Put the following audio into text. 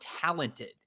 talented